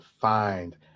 find